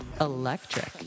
Electric